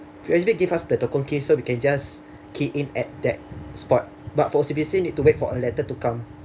P_O_S_B give us the token key so we can just key in at that spot but O_C_B_C need to wait for a letter to come